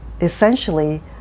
essentially